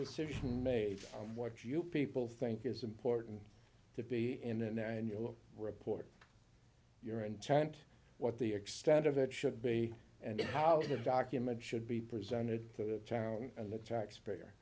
decision made on what you people think is important to be in an annual report your intent what the extent of it should be and how the document should be presented to the town and the taxpayer